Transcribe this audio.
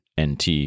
NT